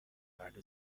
فرد